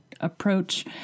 approach